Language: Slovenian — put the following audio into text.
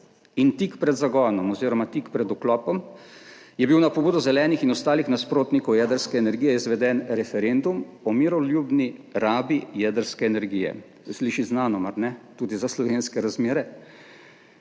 Tik pred zagonom oziroma tik pred vklopom je bil na pobudo zelenih in ostalih nasprotnikov jedrske energije izveden referendum o miroljubni rabi jedrske energije, se sliši znano, mar ne, tudi za slovenske razmere,